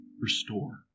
restore